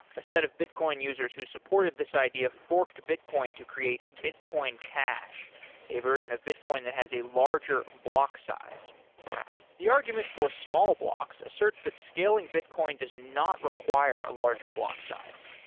a set of bitcoin users who supported this idea forked bitcoin to create bitcoin cash, a version of bitcoin that has a larger block size the argument for small blocks asserts that scaling bitcoin does not require a larger block size.